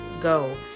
go